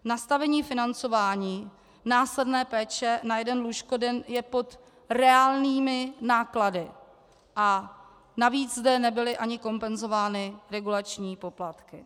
Nastavení financování následné péče na jeden lůžkoden je pod reálnými náklady, a navíc zde nebyly ani kompenzovány regulační poplatky.